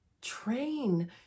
train